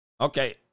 Okay